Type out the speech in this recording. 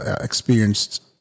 experienced